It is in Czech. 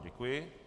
Děkuji.